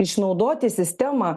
išnaudoti sistemą